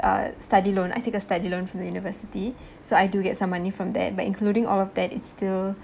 uh study loan I take a study loan from the university so I do get some money from that but including all of that it's still